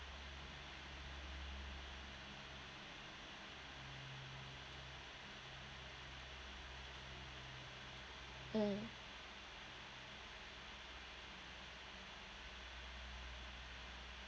mm